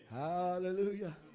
Hallelujah